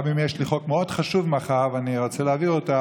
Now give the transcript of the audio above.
גם יש לי חוק מאוד חשוב מחר ואני רוצה להעביר אותו,